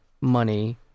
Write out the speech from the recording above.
money